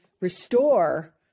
restore